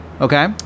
Okay